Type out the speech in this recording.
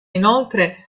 inoltre